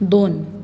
दोन